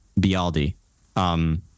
Bialdi